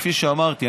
כפי שאמרתי,